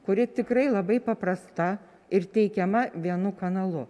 kuri tikrai labai paprasta ir teikiama vienu kanalu